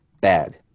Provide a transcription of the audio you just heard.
Bad